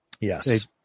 yes